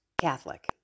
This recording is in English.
Catholic